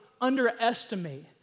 underestimate